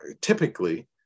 typically